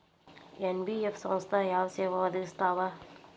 NBF ಸಂಸ್ಥಾ ಯಾವ ಸೇವಾ ಒದಗಿಸ್ತಾವ?